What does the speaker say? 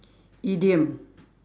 idiom